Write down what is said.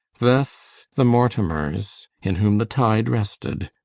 thus the mortimers, in whom the title rested,